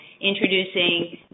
introducing